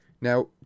Now